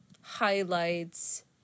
highlights